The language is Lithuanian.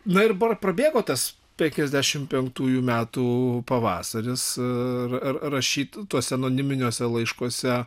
na ir bar prabėgo tas penkiasdešimt penktųjų metų pavasaris ir ir rašyt tuose anoniminiuose laiškuose